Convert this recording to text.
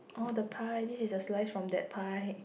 oh the pie this is the slice from that pie